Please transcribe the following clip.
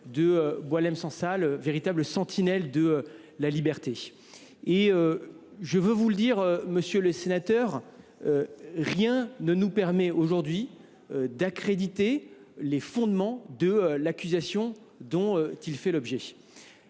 de l’écrivain, véritable sentinelle de la liberté. Je veux vous dire, monsieur le sénateur, que rien ne nous permet aujourd’hui d’accréditer les fondements de l’accusation dont il fait l’objet.